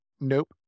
nope